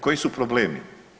Koji su problemi?